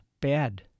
bad